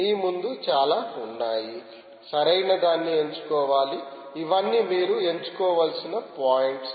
మీ ముందు చాలా ఉన్నాయి సరైనదాన్ని ఎంచుకోవాలి ఇవన్నీ మీరు ఎంచుకోవలసిన పాయింట్లు